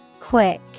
Quick